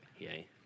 Yay